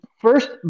first